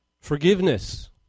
Forgiveness